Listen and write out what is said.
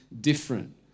different